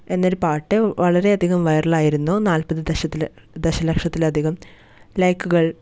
എന്നൊരു പാട്ട് വളരെയധികം വൈറലായിരുന്നു നാൽപ്പത് ദക്ഷത്തില ദശലക്ഷത്തിലധികം ലൈക്കുകൾ